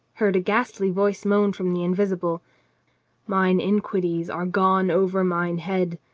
heard a ghastly voice moan from the invisible mine iniquities are gone over mine head,